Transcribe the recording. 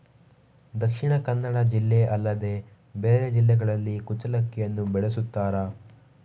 ದಕ್ಷಿಣ ಕನ್ನಡ ಜಿಲ್ಲೆ ಅಲ್ಲದೆ ಬೇರೆ ಜಿಲ್ಲೆಗಳಲ್ಲಿ ಕುಚ್ಚಲಕ್ಕಿಯನ್ನು ಬೆಳೆಸುತ್ತಾರಾ?